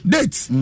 Dates